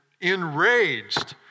enraged